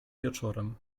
wieczorem